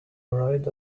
arrived